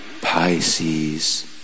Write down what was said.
Pisces